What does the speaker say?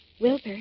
Wilbur